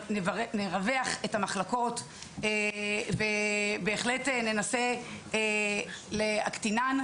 נרווח את המחלקות ובהחלט ננסה להקטינן,